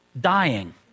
dying